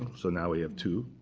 so now we have two.